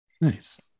nice